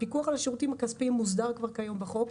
הפיקוח על השירותים הכספיים מוסדר כבר קיום בחוק.